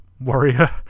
warrior